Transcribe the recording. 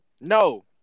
No